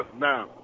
now